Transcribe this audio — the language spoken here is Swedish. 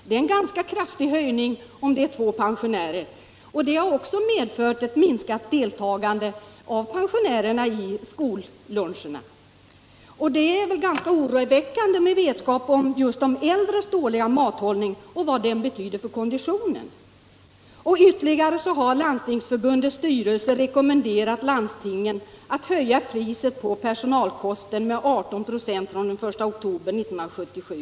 Det är en ganska kraftig höjning för ett pensionärspar, och det har medfört ett minskat deltagande av pensionärer i skolluncherna. Detta är ganska oroväckande med vetskap om de äldres dåliga mathållning och vad kosten betyder för konditionen. Vidare har Landstingsförbundets styrelse rekommenderat landstingen att höja priset på personalkosten med 18 96 från den 1 oktober 1977.